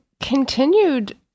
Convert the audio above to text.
continued